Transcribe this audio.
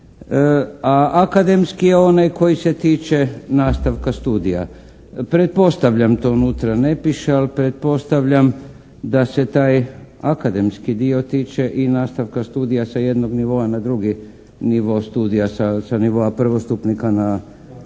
a akademski je onaj koji se tiče nastavka studija. Pretpostavljam to unutra ne piše, ali pretpostavljam da se taj akademski dio tiče i nastavka studija sa jednog nivoa na drugi nivo studija sa nivo prvostupnika na